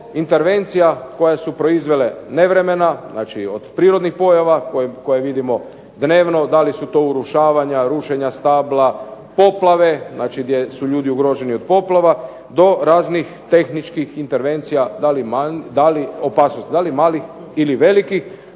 intervencija koje su proizvele nevremena, znači od prirodnih pojava koje vidimo dnevno da li su to urušavanja, rušenja stabla, poplave. Znači, gdje su ljudi ugroženi od poplava do raznih tehničkih intervencija, opasnosti da li malih ili velikih